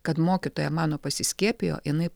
kad mokytoja mano pasiskiepijo jinai